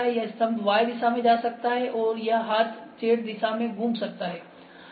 यह स्तंभ Y दिशा में जा सकता है और यह हाथ Z दिशा में घूम सकता है